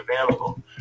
available